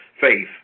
Faith